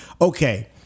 Okay